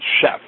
chef